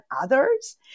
others